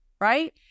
right